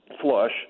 flush